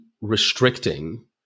restricting